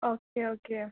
okay okay